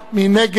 מי נגד?